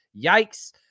Yikes